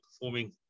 performing